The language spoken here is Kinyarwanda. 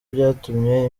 byatumye